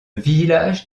village